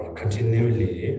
continually